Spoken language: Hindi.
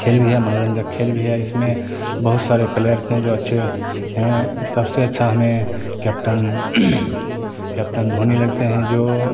खेल भी है मनोरंजन खेल भी है इसमें बहुत सारे प्लेयर्स हैं जो अच्छे हैं सबसे अच्छा हमें कैप्टन कैप्टन धोनी लगते हैं जो